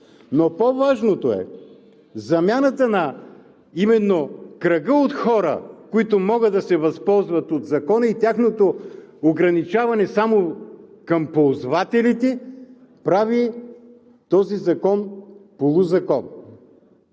но по-важното е замяната именно на кръга от хора, които могат да се възползват от Закона и тяхното ограничаване само към ползвателите, прави този закон полузакон.